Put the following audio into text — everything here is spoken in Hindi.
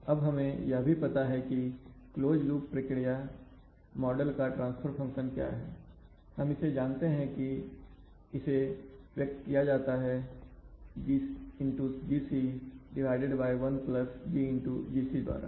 अब हमें यह भी पता है कि क्लोज लूप प्रक्रिया मॉडल का ट्रांसफर फंक्शन क्या है हम इसे जानते हैं की इसे व्यक्त किया जाता है GGc 1GGc द्वारा